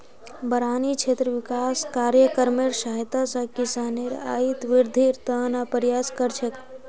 बारानी क्षेत्र विकास कार्यक्रमेर सहायता स किसानेर आइत वृद्धिर त न प्रयास कर छेक